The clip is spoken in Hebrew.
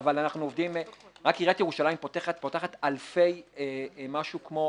רק עיריית ירושלים פותחת משהו כמו